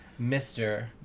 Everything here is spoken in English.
Mr